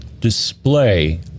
display